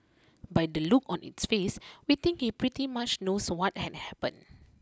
by the look on its face we think he pretty much knows what had happened